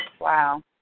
Wow